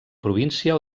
província